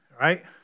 right